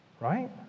right